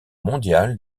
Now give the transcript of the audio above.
mondiale